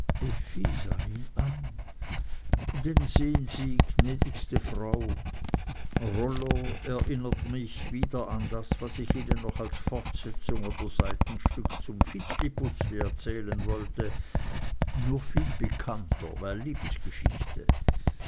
an denn sehen sie gnädigste frau rollo erinnert mich wieder an das was ich ihnen noch als fortsetzung oder seitenstück zum vitzliputzli erzählen wollte nur viel pikanter weil liebesgeschichte